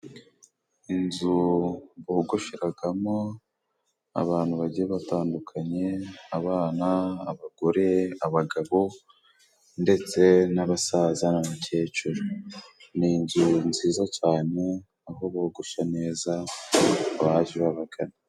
Inzu bogosheragamo abantu bagiye batandukanye abana, abagore, abagabo ndetse n'abasaza n'abakecuru, ni inzu nziza cane aho bogosha neza abaje babagana.